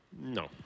No